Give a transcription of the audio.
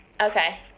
Okay